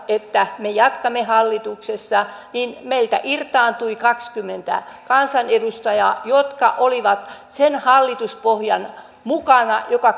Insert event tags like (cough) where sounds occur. että me jatkamme hallituksessa niin meiltä irtaantui kaksikymmentä kansanedustajaa jotka olivat sen hallituspohjan mukana joka (unintelligible)